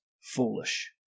foolish